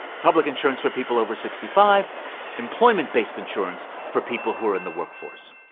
public insurance for people over sixty five employment-based insurance for people who are in the workforce.